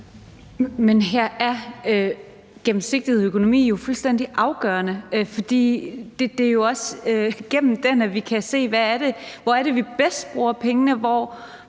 Men her er gennemsigtighed i økonomi jo fuldstændig afgørende, for det er jo også igennem den, at vi kan se, hvor det er, at vi bedst bruger pengene; hvordan